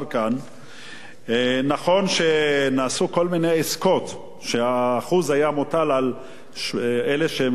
נכון שנעשו כל מיני עסקות שהאחוז היה מוטל על אלה שמרוויחים 8,800